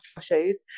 shows